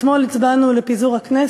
אתמול הצבענו על פיזור הכנסת,